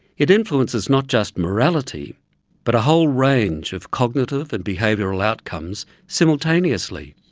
it influences not just morality but a whole range of cognitive and behavioural outcomes simultaneously.